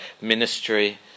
ministry